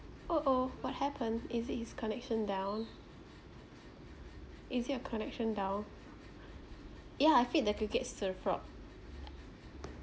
oh oh what happened is it his connection down is it your connection down ya I feed the crickets to the frog